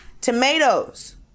Tomatoes